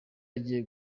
agiye